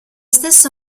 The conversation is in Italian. stesso